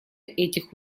этих